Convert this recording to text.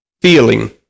feeling